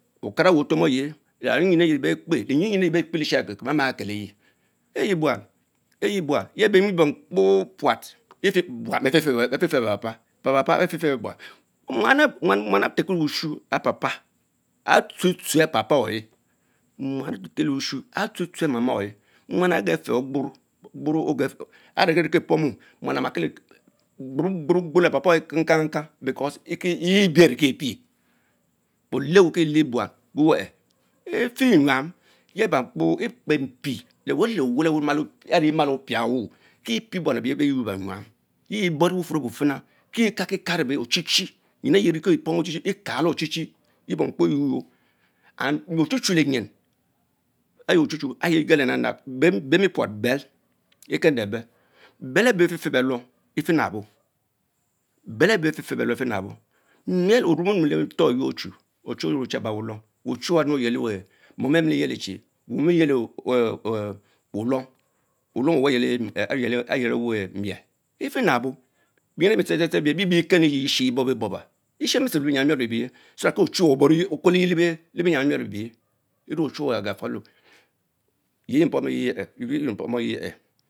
Okara weh betromere leynyimu nyinh ehh beh kpe lesheya, beh mah kebayee, eyeh buan eyeh buan, yeh beh beh meh we bom kpoprat, buan befeh fen beh papa, beh papa ben fenfen buan, muan atelkileno elik papa, ah tshuetonne papa bych muan atelki leushy are truetrue mama oyeh, muan aregeh feh Ogboro, aregepoomy muan are maakie gbongbune gboru lee papa eyeh kangleang leang belaure tse bie olekti oleh kie eony bowan are kie pie, wower efenquam yeu bah kpo expe mpie lewele-lewele auch emals pis woch baie buon ebeye ben yurr yur bech yuan, yer borr leanfun ebne fing the exalki-kalo delvichive yevery kie pom Ochichie ekalo Ochichie teh pomkpo equor your ans Ochuchulenyin ehh kalinab nab nab beh mong puat belle ekeremy eeh bell, bell ebel bee fie feh bày Loum efnabo, bell lbee ben fie fen beldom efinabo, millorum pchu, ochn orne len torr egnoh ochebal ulloum, ochem ensa a pericline weh orie yeilie wnlnom, wulam Owah ah yielewer miel, efingto beernyi tse the the bee bie Kenn enje chich ebobi boboha, etshenbit-shem ley bienyam emiorr oyie so that ko ochuwe oboreye akweliye le bienmyon emion ebiere, such Ochuwe agafaw yebomu yeheh.